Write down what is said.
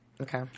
Okay